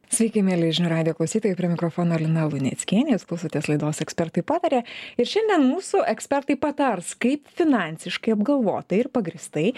sveiki mieli žinių radijo klausytojai prie mikrofono lina vainickienė jūs klausotės laidos ekspertai pataria ir šiandien mūsų ekspertai patars kaip finansiškai apgalvotai ir pagrįstai